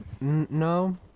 No